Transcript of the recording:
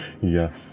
Yes